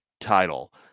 title